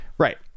Right